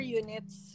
units